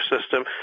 system